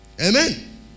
Amen